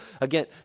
Again